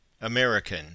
American